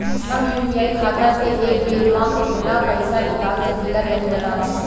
हम यू.पी.आई खाता से एक बेर म केतना पइसा निकाल सकिला तनि बतावा?